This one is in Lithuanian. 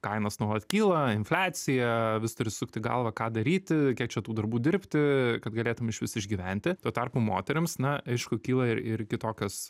kainos nuolat kyla infliacija vis turi sukti galvą ką daryti kiek čia tų darbų dirbti kad galėtum išvis išgyventi tuo tarpu moterims na aišku kyla ir kitokios